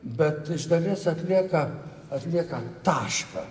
bet iš dalies atlieka atlieka tašką